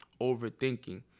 overthinking